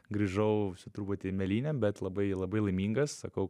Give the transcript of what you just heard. grįžau truputį mėlynė bet labai labai laimingas sakau